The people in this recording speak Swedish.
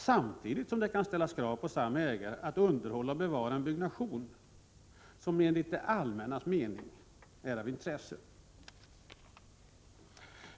Samtidigt kan det på samme ägare ställas krav på att han skall underhålla och bevara byggnation som enligt det allmännas mening är av intresse.